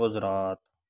Gujarat